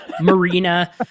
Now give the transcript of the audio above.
Marina